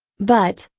but,